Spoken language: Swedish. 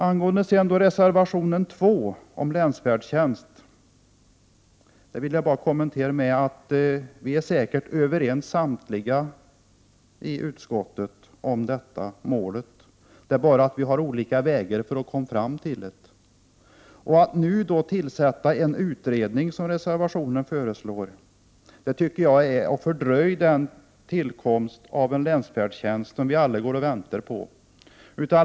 Angående reservation 2 om länsfärdtjänsten vill jag bara säga att vi nog samtliga i utskottet är överens om målet, men att våra vägar dit är litet olika. Att nu tillsätta en utredning, som föreslås i reservationen, tycker jag är att fördröja tillkomsten av en länsfärdtjänst, som vi alla väntar på.